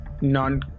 non